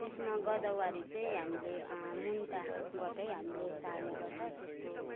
त्यसमा गदवरी चाहिँ हामीले मुन्टाबाटै हामीले सार्ने गर्छौँ त्यसको